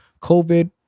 covid